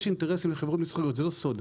יש אינטרסים לחברות מסחריות זה לא סוד,